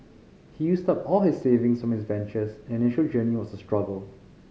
he used up all his savings for his ventures and the initial journey was a struggle